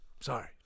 Sorry